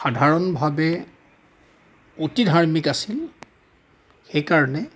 সাধাৰণভাৱে অতি ধাৰ্মিক আছিল সেইকাৰণে